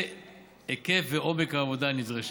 היקף ועומק העבודה הנדרשת.